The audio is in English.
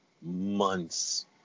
months